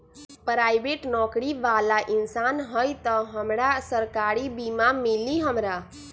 Private नौकरी बाला इंसान हई त हमरा सरकारी बीमा मिली हमरा?